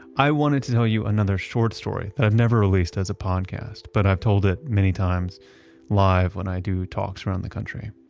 i wanted to tell you another short story that i've never released as a podcast but i've told it many times live when i do talks around the country.